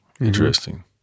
Interesting